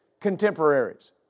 contemporaries